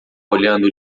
olhando